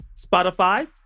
Spotify